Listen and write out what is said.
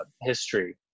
history